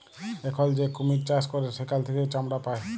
এখল যে কুমির চাষ ক্যরে সেখাল থেক্যে চামড়া পায়